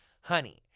Honey